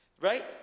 Right